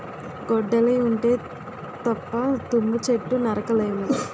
గొడ్డలి ఉంటే తప్ప తుమ్మ చెట్టు నరక లేము